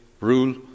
rule